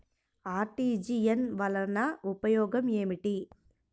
RTGS వలన ఉపయోగం ఏమిటీ?